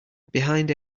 behind